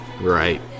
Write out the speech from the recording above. Right